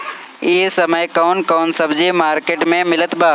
इह समय कउन कउन सब्जी मर्केट में मिलत बा?